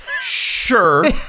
Sure